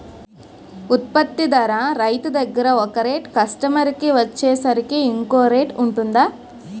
ఉత్పత్తి ధర రైతు దగ్గర ఒక రేట్ కస్టమర్ కి వచ్చేసరికి ఇంకో రేట్ వుంటుందా?